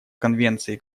конвенции